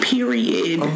Period